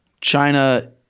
China